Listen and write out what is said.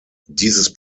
dieses